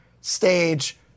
stage